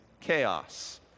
chaos